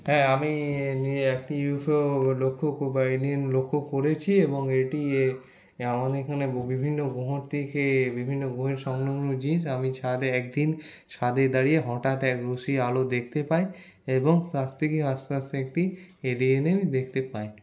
হ্যাঁ আমি একটি ইউএফও লক্ষ্য লক্ষ্য করেছি এবং এটি এ আমাদের এখানে বিভিন্ন গ্রহের থেকে বিভিন্ন গ্রহের সংলগ্ন জিনিস আমি ছাদে একদিন ছাদে দাঁড়িয়ে হঠাৎ একবার সেই আলো দেখতে পাই এবং কাছ থেকে আসতে আসতে একটি এলিয়েন আমি দেখতে পাই